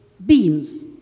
Beans